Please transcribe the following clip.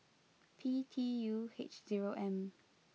P T U H zero M